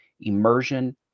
immersion